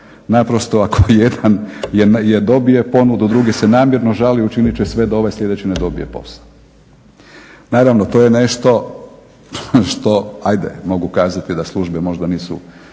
naprosto ako jedan dobije ponudu, drugi se namjerno žali i učiniti će sve da ovaj sljedeći ne dobije posao. Naravno, to je nešto što, ajde mogu kazati da službe možda nisu